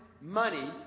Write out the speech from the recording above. money